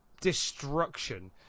destruction